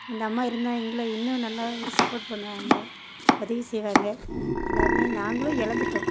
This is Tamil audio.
அந்த அம்மா இருந்தால் எங்களை இன்னும் நல்லா ஒரு சப்போர்ட் பண்ணுவாங்க உதவி செய்யுவாங்க எல்லாமே நாங்களும் எழந்துட்டோம்